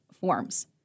forms